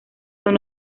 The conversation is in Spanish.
son